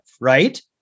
right